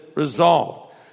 Resolved